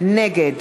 נגד